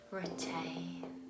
Retain